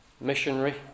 missionary